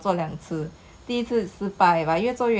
!wah! but 我还记得 leh the day that I